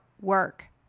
work